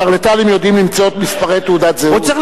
שרלטנים יודעים למצוא את מספרי תעודת הזהות.